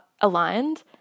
aligned